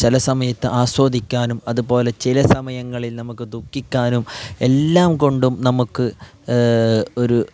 ചില സമയത്ത് ആസ്വദിക്കാനും അതു പോലെ ചില സമയങ്ങളിൽ നമുക്ക് ദുഃഖിക്കാനും എല്ലാം കൊണ്ടും നമ്മൾക്ക് ഒരു